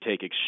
take